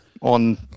on